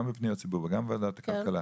גם בפניות הציבור וגם בוועדת הכלכלה.